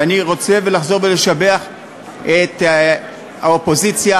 ואני רוצה לחזור ולשבח את האופוזיציה: